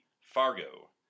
Fargo